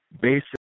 basic